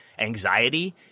anxiety